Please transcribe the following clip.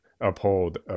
uphold